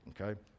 Okay